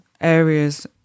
areas